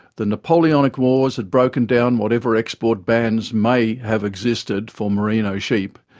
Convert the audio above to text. the napoleonic wars had broken down whatever export bans may have existed for merino sheep,